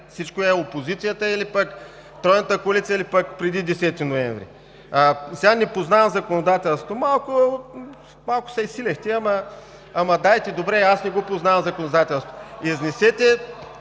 Всичко е от опозицията или пък Тройната коалиция, или пък преди 10 ноември. Не познавам законодателството!? Малко се изсилихте, но добре, аз не го познавам законодателството. Изнесете